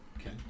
Okay